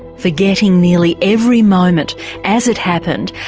forgetting nearly every moment as it happened,